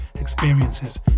experiences